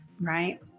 right